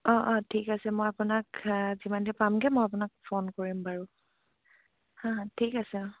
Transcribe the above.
অঁ অঁ ঠিক আছে মই আপোনাক যিমান পামগে মই আপোনাক ফোন কৰিম বাৰু হা ঠিক আছে অঁ